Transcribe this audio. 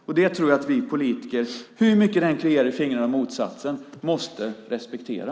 Och den tror jag att vi politiker, hur mycket det än kliar i fingrarna att göra motsatsen, måste respektera.